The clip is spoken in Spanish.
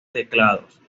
teclados